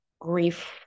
grief